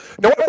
No